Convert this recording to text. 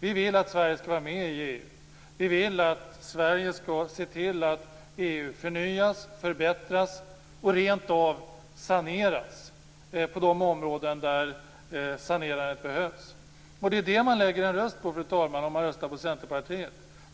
Vi vill att Sverige skall vara med i EU. Vi vill att Sverige skall se till att EU förnyas, förbättras och rentav saneras, på de områden där en sanering behövs. Det är vad man lägger en röst på, om man röstar på Centerpartiet.